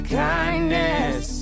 kindness